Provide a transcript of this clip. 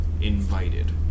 invited